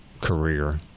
career